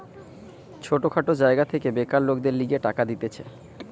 ছোট খাটো জায়গা থেকে বেকার লোকদের লিগে টাকা দিতেছে